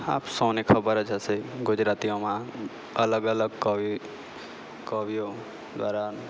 આપ સૌને ખબર જ હશે ગુજરાતીઓમાં અલગ અલગ કવિ કવિઓ દ્વારા